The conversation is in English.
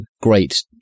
great